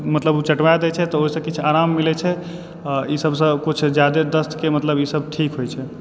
मतलब ओ चटबा दै छै तऽ ओहि सऽ किछु आराम मिले छै आ ई सबसे कुछ जादे दस्तके मतलब ई सब ठीक होइ छै